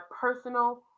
personal